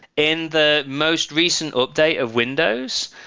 in the most recent update of windows,